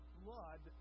blood